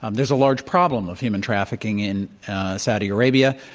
um there's a large problem of human trafficking in saudi arabia.